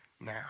now